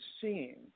seeing